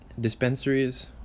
dispensaries